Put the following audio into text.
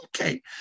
Okay